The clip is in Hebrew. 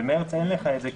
ממרס אין לך את זה.